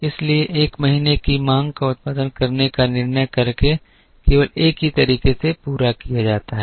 इसलिए एक महीने की मांग का उत्पादन करने का निर्णय करके केवल एक ही तरीके से पूरा किया जाता है